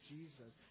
Jesus